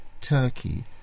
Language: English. Turkey